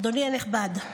אדוני הנכבד,